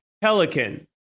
Pelican